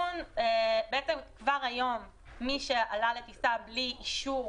בעצם כבר היום מי שעלה לטיסה בלי אישור